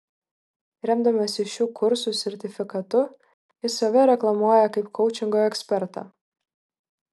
remdamasis šių kursų sertifikatu jis save reklamuoja kaip koučingo ekspertą